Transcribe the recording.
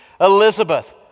Elizabeth